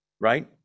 right